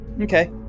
Okay